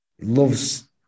Loves